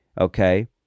Okay